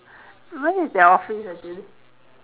where is their office actually